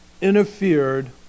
interfered